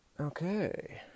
Okay